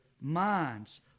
minds